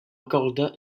accorda